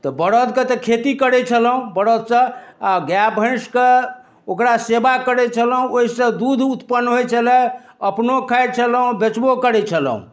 तऽ बरदके तऽ खेती करै छलहुॅं बरद सँ आ गाय भैँसके ओकरा सेबा करै छलहुॅं ओहिसँ दूध उत्पन्न होइ छलै अपनो खाइ छलहुॅं बेचबो करै छलहुॅं